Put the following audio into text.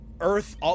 Earth